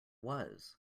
was